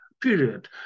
period